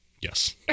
Yes